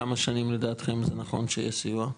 כמה שנים לדעתכם זה נכון שיהיה סיוע?